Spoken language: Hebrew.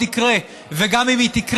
תודה רבה, אדוני היושב